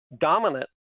dominant